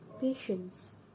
patience